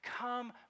come